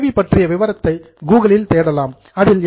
we பற்றிய விவரத்தை கூகுளில் தேடலாம் அதில் என்